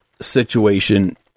situation